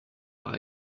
par